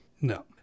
No